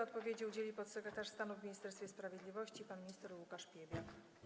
Odpowiedzi udzieli podsekretarz stanu w Ministerstwie Sprawiedliwości pan minister Łukasz Piebiak.